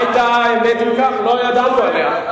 מה היתה האמת ולא ידענו עליה?